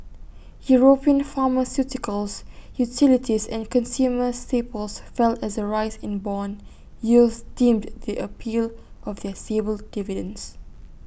european pharmaceuticals utilities and consumer staples fell as the rise in Bond yields dimmed the appeal of their stable dividends